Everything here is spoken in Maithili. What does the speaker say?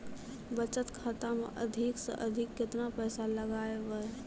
बचत खाता मे अधिक से अधिक केतना पैसा लगाय ब?